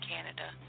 Canada